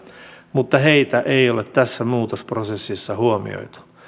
mutta heitä ei ole tässä muutosprosessissa huomioitu